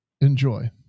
Enjoy